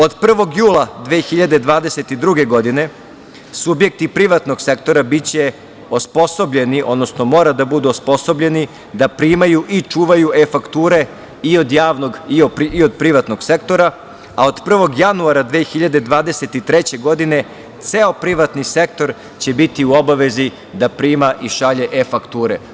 Od 1. jula 2022. godine subjekti privatnog sektora biće osposobljeni, odnosno moraju da budu osposobljeni da primaju i čuvaju e-fakture i od javnog i od privatnog sektora, a od 1. januara 2023. godine ceo privatni sektor će biti u obavezi da prima i šalje e-fakture.